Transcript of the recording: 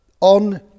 on